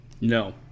No